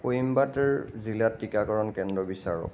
কইম্বাটোৰ জিলাত টীকাকৰণ কেন্দ্ৰ বিচাৰক